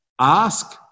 Ask